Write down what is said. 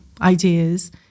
ideas